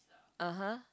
ah [huh]